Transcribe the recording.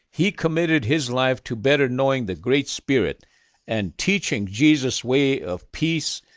he committed his life to better knowing the great spirit and teaching jesus' way of peace,